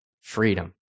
freedom